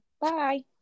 Bye